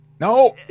No